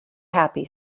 happy